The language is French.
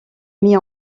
mis